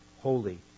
holy